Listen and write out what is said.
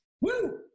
Woo